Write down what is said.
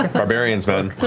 barbarians, man.